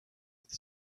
with